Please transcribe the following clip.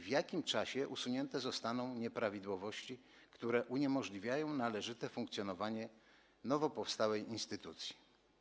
W jakim czasie usunięte zostaną nieprawidłowości, które uniemożliwiają należyte funkcjonowanie nowo powstałej instytucji?